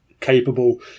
capable